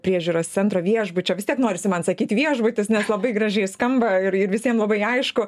priežiūros centro viešbučio vis tiek norisi man sakyt viešbutis nes labai gražiai skamba ir ir visiem labai aišku